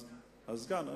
הסגן?